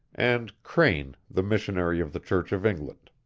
and crane, the missionary of the church of england.